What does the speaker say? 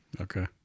Okay